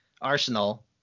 Arsenal